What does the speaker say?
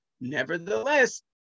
nevertheless